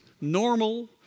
normal